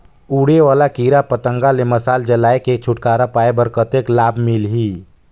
उड़े वाला कीरा पतंगा ले मशाल जलाय के छुटकारा पाय बर कतेक लाभ मिलही?